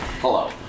Hello